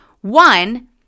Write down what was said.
One